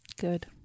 Good